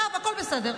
מירב, הכול בסדר.